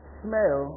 smell